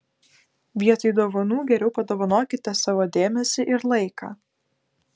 vietoj dovanų geriau padovanokite savo dėmesį ir laiką